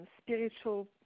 spiritual